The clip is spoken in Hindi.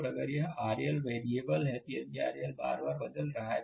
और अगर यह RL वेरिएबल है यदि यह RL बार बार बदल रहा है